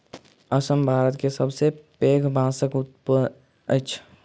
असम भारत के सबसे पैघ बांसक उत्पादक अछि